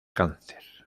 cáncer